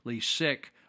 sick